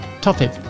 topic